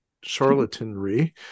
charlatanry